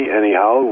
anyhow